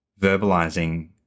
verbalizing